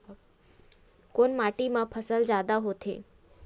कोन माटी मा फसल जादा होथे?